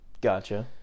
Gotcha